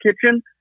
kitchen